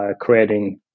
creating